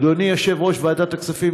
אדוני יושב-ראש ועדת הכספים,